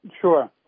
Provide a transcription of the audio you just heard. Sure